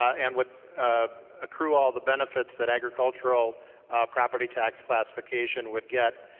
and would accrue all the benefits that agricultural property tax classification would get.